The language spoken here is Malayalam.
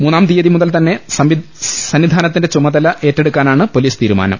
മൂന്നാം തിയ്യതി മുതൽ തന്നെ സന്നി ധാനത്തിന്റെ ചുമതല ഏറ്റെടുക്കാനാണ് പൊലീസ് തീരുമാനം